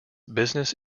business